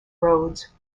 roads